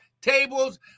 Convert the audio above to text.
tables